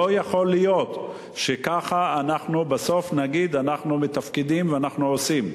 לא יכול להיות שככה אנחנו בסוף נגיד: אנחנו מתפקדים ואנחנו עושים.